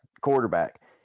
quarterback